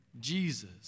Jesus